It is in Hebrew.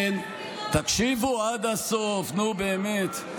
תקשיבו עד הסוף, נו, באמת.